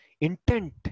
intent